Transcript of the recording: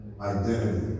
identity